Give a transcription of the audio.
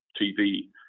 tv